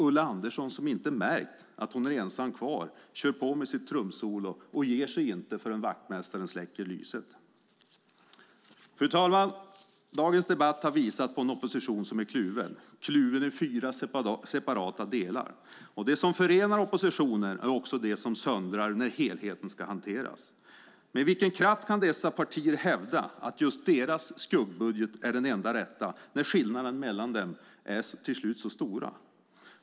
Ulla Andersson, som inte märkt att hon är ensam kvar, kör på med sitt trumsolo och ger sig inte förrän vaktmästaren släcker lyset. Fru talman! Dagens debatt har visat på en opposition som är kluven. Kluven i fyra separata delar. Det som förenar oppositionen är också det som söndrar när helheten ska hanteras. Med vilken kraft kan dessa partier hävda att just deras skuggbudget är den enda rätta när skillnaderna mellan dem till slut är så stora?